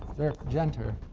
dirk jenter,